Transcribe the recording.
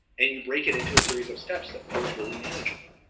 and you break it into a series of steps that feels really manageable.